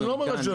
אני לא אומר שלא,